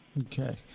Okay